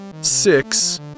six